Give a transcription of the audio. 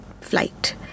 flight